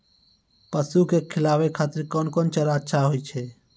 पसु के खिलाबै खातिर कोन चारा अच्छा होय छै?